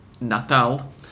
Natal